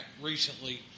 recently